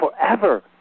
forever